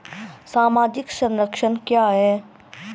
सामाजिक संरक्षण क्या है?